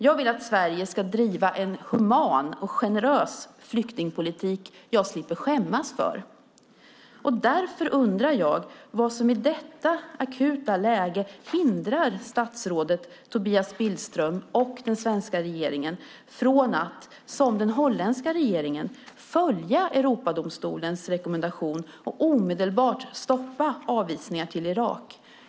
Jag vill att Sverige ska driva en human och generös flyktingpolitik som jag slipper skämmas för. Därför undrar jag vad som i detta akuta läge hindrar statsrådet Tobias Billström och den svenska regeringen från att, som den holländska regeringen, följa Europadomstolens rekommendation och omedelbart stoppa avvisningar till Irak.